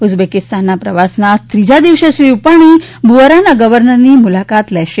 ઉઝબેકિસ્તાનના પ્રવાસના ત્રીજા દિવસે શ્રી રૂપાણી બૂઆરાના ગર્વનરની મુલાકાત લેશે